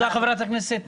אוקיי, תודה לחברת הכנסת.